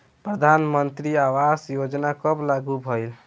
प्रधानमंत्री आवास योजना कब लागू भइल?